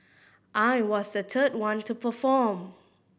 I was the third one to perform